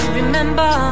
remember